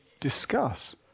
discuss